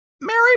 Mary